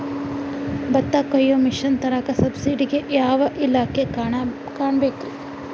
ಭತ್ತ ಕೊಯ್ಯ ಮಿಷನ್ ತರಾಕ ಸಬ್ಸಿಡಿಗೆ ಯಾವ ಇಲಾಖೆ ಕಾಣಬೇಕ್ರೇ?